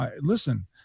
Listen